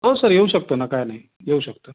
हो सर येऊ शकतो ना का नाही येऊ शकतो